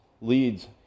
leads